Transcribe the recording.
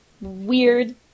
weird